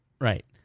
Right